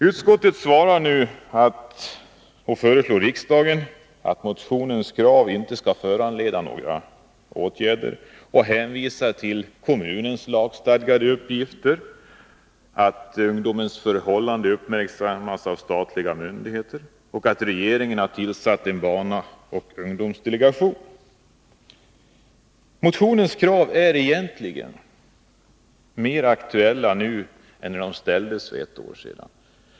Utskottet föreslår riksdagen att motionskraven inte skall föranleda några åtgärder och hänvisar till kommunens lagstadgade uppgifter, till att ungdomens förhållanden uppmärksammas av statliga myndigheter och till att regeringen har tillsatt en barnoch ungdomsdelegation. Motionskraven är egentligen mer aktuella nu än när de framfördes för ett år sedan.